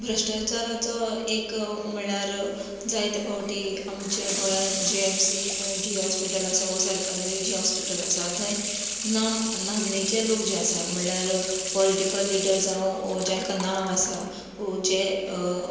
भश्ट्राचाराचो एक म्हणल्यार जायते फावटी आमच्या गोंयांत जी एम सी जें हॉस्पिटल आसा वा सरकारी जीं हॉस्पिटलां आसात थंय नाम नामनेचे लोक जे आसात म्हणल्यार पॉलिटिकल लिडर जावं वा जांकां नांव आसा वा जे